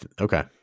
okay